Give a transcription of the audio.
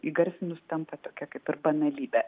įgarsinus tampa tokia kaip ir banalybe